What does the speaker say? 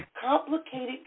complicated